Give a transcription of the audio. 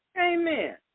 Amen